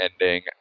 ending